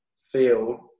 field